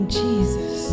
jesus